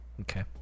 Okay